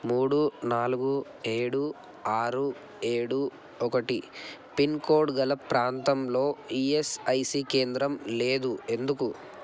మూడు నాలుగు ఏడు ఆరు ఏడు ఒకటి పిన్ కోడ్ గల ప్రాంతంలో ఈస్ఐసి కేంద్రం లేదు ఎందుకు